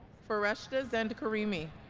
fereshteh zandkarimi